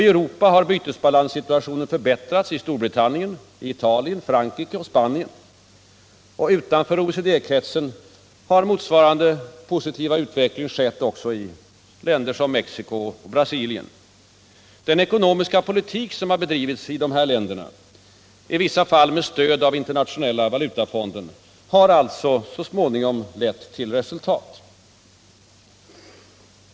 I Europa har bytesbalanssituationen förbättrats i Storbritanien, Italien, Frankrike och Spanien. Utanför OECD-kretsen har motsvarande positiva utveckling skett i länder som Mexico och Brasilien. Den ekonomiska politik som har bedrivits i dessa länder — i vissa fall med stöd av Internationella valutafonden — har alltså så småningom lett till resultat.